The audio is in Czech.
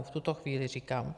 V tuto chvíli, říkám.